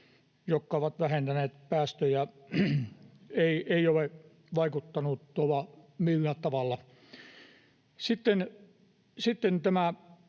muut ovat vähentäneet päästöjä — ei ole vaikuttanut tuolla millään tavalla. Sitten tämä